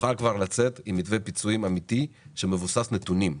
נוכל כבר לצאת עם מתווה פיצויים אמיתי מבוסס נתונים,